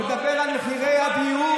תספר על מחירי הדיור,